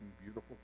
beautiful